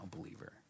believer